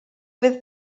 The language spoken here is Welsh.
fydd